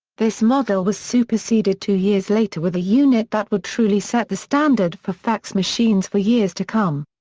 this model was superseded two years later with a unit that would truly set the standard for fax machines for years to come.